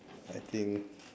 I think